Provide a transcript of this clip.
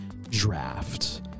draft